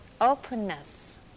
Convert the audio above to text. openness